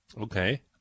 Okay